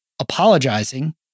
apologizing